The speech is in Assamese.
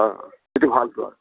অঁ যিটো ভালটো